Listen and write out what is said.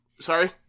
Sorry